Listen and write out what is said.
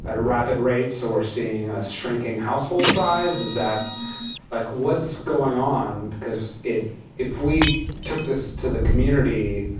and rapid rate, so we're seeing a shrinking household size is that like, what's going on? because it if we took this to the community,